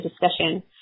discussion